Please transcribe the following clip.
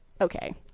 okay